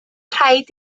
rhaid